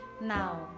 Now